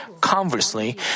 Conversely